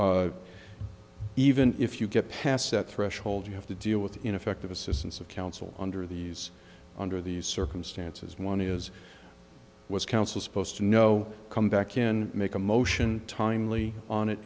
warrant even if you get past that threshold you have to deal with ineffective assistance of counsel under these under these circumstances one is was counsel supposed to know come back in make a motion timely on it